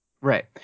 Right